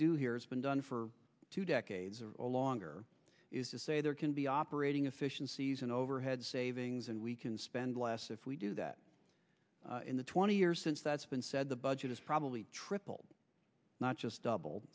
do here has been done for two decades or longer is to say there can be operating efficiencies and overhead savings and we can spend less if we do that in the twenty years since that's been said the budget is probably triple not just double